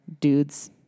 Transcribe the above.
dudes